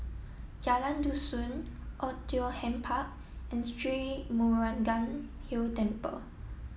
Jalan Dusun Oei Tiong Ham Park and Sri Murugan Hill Temple